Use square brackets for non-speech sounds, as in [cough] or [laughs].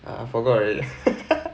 I forgot already [laughs]